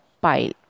pile